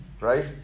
right